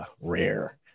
rare